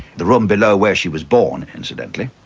the room below where she was born incidentally.